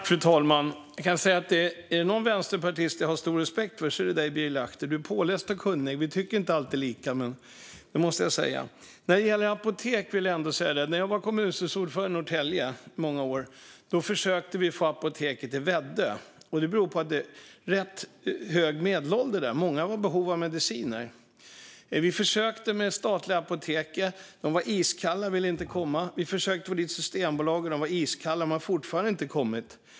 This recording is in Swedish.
Fru talman! Är det någon vänsterpartist som jag har stor respekt för är det du, Birger Lahti. Du är påläst och kunnig. Det måste jag säga även om vi inte alltid tycker lika. När det gäller apotek vill säga att när jag under många år var kommunstyrelsens ordförande i Norrtälje försökte vi få Apoteket till Väddö. Det berodde på att det var rätt hög medelålder där, och många var i behov av mediciner. Vi försökte med det statliga Apoteket. De var iskalla och ville inte komma. Vi försökte få dit Systembolaget. De var iskalla, och de har fortfarande inte kommit.